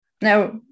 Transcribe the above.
now